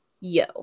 Yo